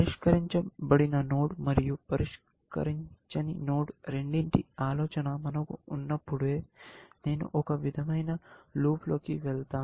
పరిష్కరించబడిన నోడ్ మరియు పరిష్కరించని నోడ్ రెండింటి ఆలోచన మనకు ఉన్నప్పుడే నేను ఒక విధమైన లూప్లోకి వెళ్తాను